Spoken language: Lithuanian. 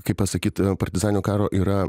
kaip pasakyt partizaninio karo yra